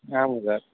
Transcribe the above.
ஆமாங்க சார்